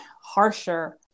harsher